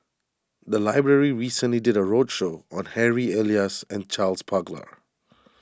the library recently did a roadshow on Harry Elias and Charles Paglar